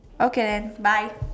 okay bye